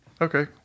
okay